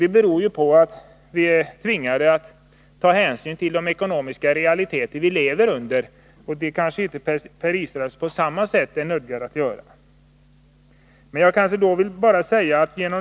Det beror på att vi är tvingade att ta hänsyn till de ekonomiska realiteter som vi lever under, vilket Per Israelsson kanske inte är nödgad att göra på samma sätt.